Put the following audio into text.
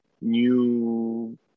new